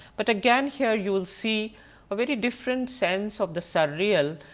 but again here you will see a very different sense of the surreal,